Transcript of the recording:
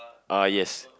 uh yes